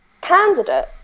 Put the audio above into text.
candidate